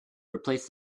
replace